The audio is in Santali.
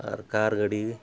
ᱟᱨ ᱠᱟᱨ ᱜᱟᱹᱰᱤ